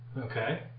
Okay